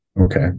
Okay